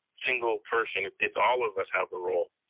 single person, it's it's all of us have a role,